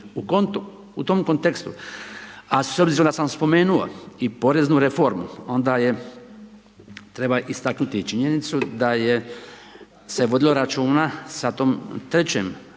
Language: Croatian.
U tom kontekstu a s obzirom da sam spomenuo i poreznu reformu, onda treba istaknuti i činjenicu da se je vodilo računa o toj 3 krugom porezne